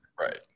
right